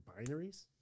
binaries